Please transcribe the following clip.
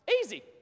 easy